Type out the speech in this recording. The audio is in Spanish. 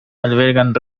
albergan